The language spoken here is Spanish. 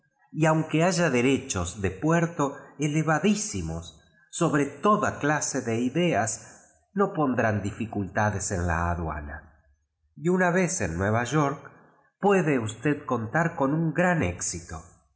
y aunque ha ya derechos de puerto chivadísimos sobre toda dase de ideas no pondrán dificultades en la aduana y una vez en nueva york puede usted contar con un gran éxito